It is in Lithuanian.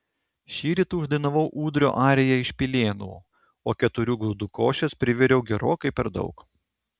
šįryt uždainavau ūdrio ariją iš pilėnų o keturių grūdų košės priviriau gerokai per daug